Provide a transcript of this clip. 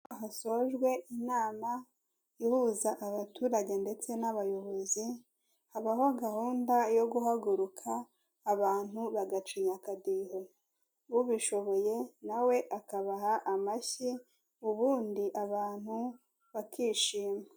Hasojwe inama ihuza abaturage ndetse n'abayobozi, habaho gahunda yo guhaguruka abantu bagacinya akadiho, ubishoboye nawe akabaha amashyi ubundi abantu bakishima.